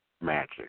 magic